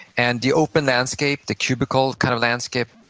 and the open landscape, the cubicle kind of landscape,